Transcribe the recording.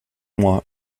mois